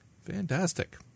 Fantastic